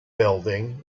building